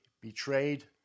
betrayed